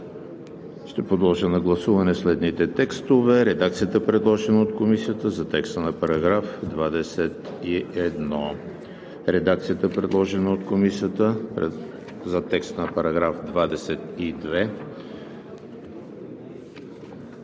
Ще подложа на гласуване следните текстове: редакцията, предложена от Комисията за текста на § 21; редакцията, предложена от Комисията за текста на § 22;